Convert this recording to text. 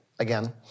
again